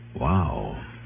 Wow